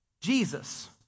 Jesus